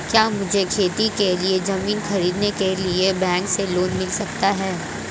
क्या मुझे खेती के लिए ज़मीन खरीदने के लिए बैंक से लोन मिल सकता है?